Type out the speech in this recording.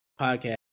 podcast